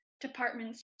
departments